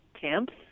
camps